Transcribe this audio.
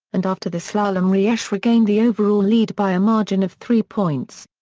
and after the slalom riesch regained the overall lead by a margin of three points.